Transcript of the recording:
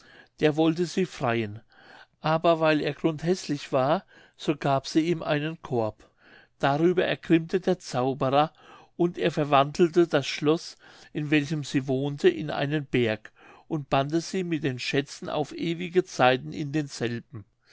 der wollte sie freien aber weil er grundhäßlich war so gab sie ihm einen korb darüber ergrimmte der zauberer und er verwandelte das schloß in welchem sie wohnte in einen berg und bannte sie mit ihren schätzen auf ewige zeiten in denselben